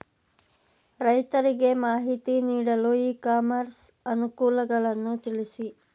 ರೈತರಿಗೆ ಮಾಹಿತಿ ನೀಡಲು ಇ ಕಾಮರ್ಸ್ ಅನುಕೂಲಗಳನ್ನು ತಿಳಿಸಿ?